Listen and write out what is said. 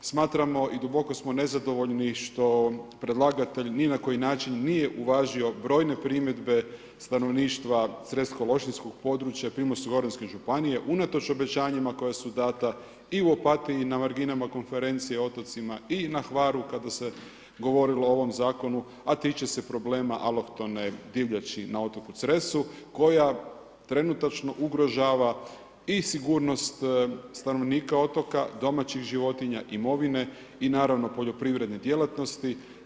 Smatramo i duboko smo nezadovoljni što predlagatelj ni na koji način nije uvažio brojne primjedbe stanovništva s cresko lošinjskog područja Pomorsko goranske županije, unatoč obećanjima koje su dana i u Opatiji i na marginama konferencije, otocima i na Hvaru, kada se je govorilo o ovom zakonu, a tiče se problema alohtone divljači na otoku Cresu, koja trenutačno ugrožava i sigurnost stanovnika otoka, domaćih životinja, imovine i naravno poljoprivredne djelatnosti.